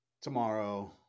tomorrow